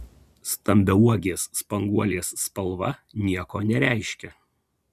stambiauogės spanguolės spalva nieko nereiškia